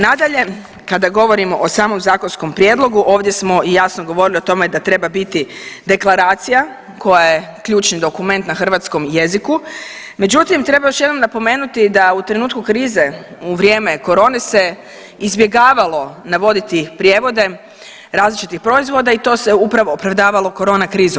Nadalje, kada govorimo o samom zakonskom prijedlogu, ovdje smo i ja sam govorila o tome da treba biti deklaracija koja je ključni dokument na hrvatskom jeziku, međutim treba još jednom napomenuti da u trenutku krize u vrijeme korone se izbjegavalo navoditi prijevode različitih proizvoda i tu se upravo opravdavalo korona krizom.